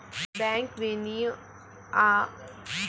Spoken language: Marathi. बँक विनियमांअभावी बँकेची दिवाळखोरी होऊ शकते